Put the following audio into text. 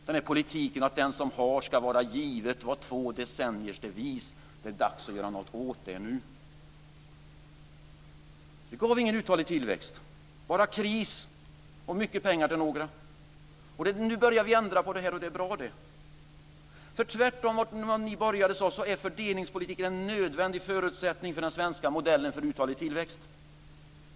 Devisen att åt den som har ska vara givet har gällt i två decennier. Nu är det dags att göra någonting åt den. Det gav ingen uthållig tillväxt, bara kris och mycket pengar till några få. Nu har vi börjat ändra på detta, och det är bra. Tvärtom mot vad ni borgare sade är fördelningspolitiken en nödvändig förutsättning för den svenska modellen för uthållig tillväxt.